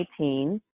2018